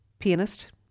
pianist